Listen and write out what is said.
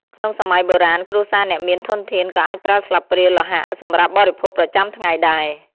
ក្នុងសម័យបុរាណ គ្រួសារអ្នកមានធនធានក៏អាចប្រើស្លាបព្រាលោហៈសម្រាប់បរិភោគប្រចាំថ្ងៃដែរ។